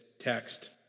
text